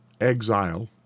exile